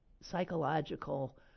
psychological